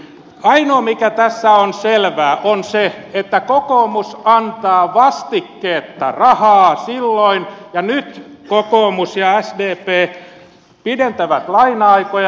ainoa mikä tässä on selvää on se että kokoomus antaa vastikkeetta rahaa silloin ja nyt kokoomus ja sdp pidentävät laina aikoja